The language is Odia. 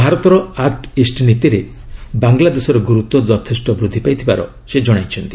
ଭାରତର ଆକୁ ଇଷ୍ଟ ନୀତିରେ ବାଙ୍ଗଲାଦେଶର ଗୁରୁତ୍ୱ ଯଥେଷ୍ଟ ବୃଦ୍ଧି ପାଇଥିବାର ସେ ଜଣାଇଛନ୍ତି